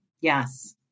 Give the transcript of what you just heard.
Yes